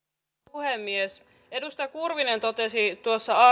puhemies edustaja kurvinen totesi tuossa